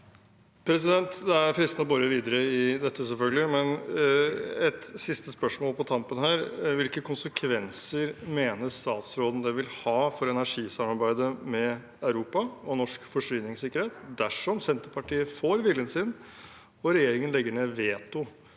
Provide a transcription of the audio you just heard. er selvfølgelig fristende å bore videre i dette, men jeg har et siste spørsmål på tampen her: Hvilke konsekvenser mener statsråden det vil ha for energisamarbeidet med Europa og norsk forsyningssikkerhet dersom Senterpartiet får viljen sin og regjeringen legger ned veto